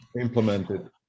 implemented